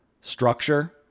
structure